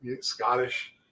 Scottish